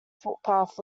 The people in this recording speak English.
footpath